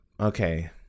Okay